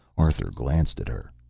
arthur glanced at her.